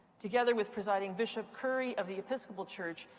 together with presiding bishop curry of the episcopal church,